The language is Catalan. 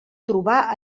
trobar